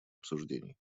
обсуждений